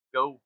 go